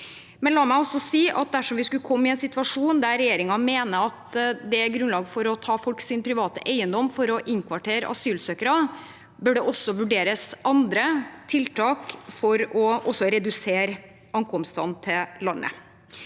La meg også si at dersom vi skulle komme i en situasjon der regjeringen mener at det er grunnlag for å ta folks private eiendom for å innkvartere asylsøkere, bør det også vurderes andre tiltak for å redusere ankomstene til landet.